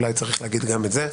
אולי צריך להגיד גם את זה.